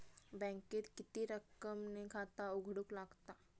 बँकेत किती रक्कम ने खाता उघडूक लागता?